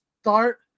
start